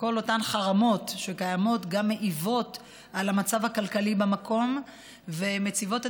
וכל אותן חרמות גם מעיבים על המצב הכלכלי במקום ומציבים את